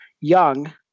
Young